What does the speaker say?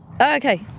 Okay